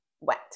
wet